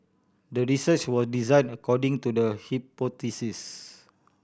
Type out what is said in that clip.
the research was designed according to the hypothesis